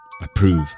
approve